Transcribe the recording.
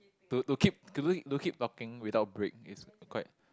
to to keep to keep to keep talking without break is quite